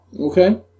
Okay